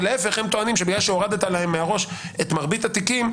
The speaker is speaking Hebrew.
ולהפך: הם טוענים שבגלל שהורדת להם מהראש את מרבית התיקים,